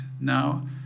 now